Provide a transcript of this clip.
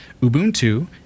Ubuntu